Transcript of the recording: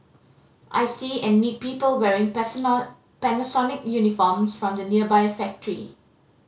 I see and meet people wearing personal Panasonic uniforms from the nearby factory